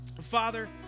Father